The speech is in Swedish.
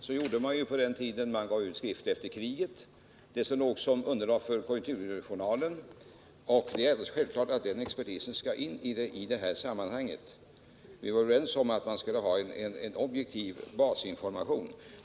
Efter kriget gav man ut skrifter, vilket sedan kom att följas av Konjunkturjournalen. Helt självklart skall denna expertis in i det här sammanhanget. Vi var överens om att man skall ha en objektiv basinformation.